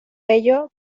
ello